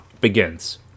begins